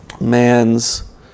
man's